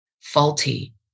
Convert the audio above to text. faulty